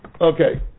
okay